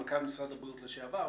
מנכ"ל משרד הבריאות לשעבר,